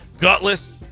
gutless